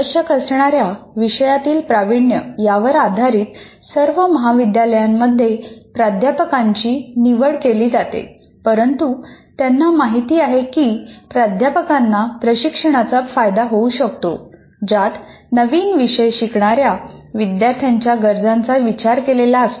आवश्यक असणाऱ्या विषयातील प्रावीण्य यावर आधारित सर्व महाविद्यालयांमध्ये प्राध्यापकांची निवड केली जाते परंतु त्यांना माहिती असते की प्राध्यापकांना प्रशिक्षणाचा फायदा होऊ शकतो ज्यात नवीन विषय शिकणाऱ्या विद्यार्थ्यांच्या गरजांचा विचार केलेला असतो